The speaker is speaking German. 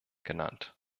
genannt